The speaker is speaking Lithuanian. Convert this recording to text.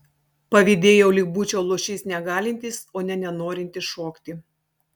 pavydėjau lyg būčiau luošys negalintis o ne nenorintis šokti